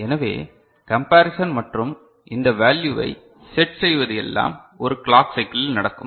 எனவே கம்பரிசன் மற்றும் இந்த வேல்யூவை செட் செய்வது எல்லாம் ஒரு கிளாக் சைக்கிளில் நடக்கும்